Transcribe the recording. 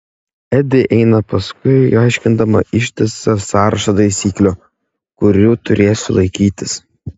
edi eina paskui aiškindama ištisą sąrašą taisyklių kurių turėsiu laikytis